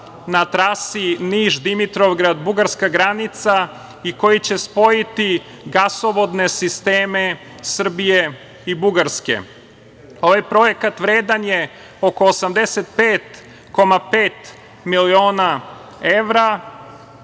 na trasi Niš-Dimitrovgrad-Bugarska granica i koji će spojiti gasovodne sisteme Srbije i Bugarske. Ovaj projekat, vredan je oko 85,5 miliona evra.